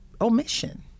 omission